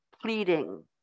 pleading